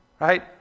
Right